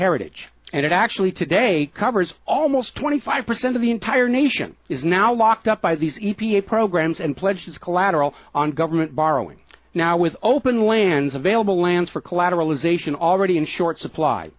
heritage and it actually today covers almost twenty five percent of the entire nation is now locked up by these e t a programs and pledged as collateral on government borrowing now with open lands available lands for collateral ization already in short supply